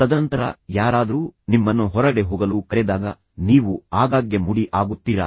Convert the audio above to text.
ತದನಂತರ ಯಾರಾದರೂ ನಿಮ್ಮನ್ನು ಹೊರಗಡೆ ಹೋಗಲು ಕರೆದಾಗ ನೀವು ಆಗಾಗ್ಗೆ ಮೂಡಿ ಆಗುತ್ತೀರಾ